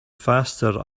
faster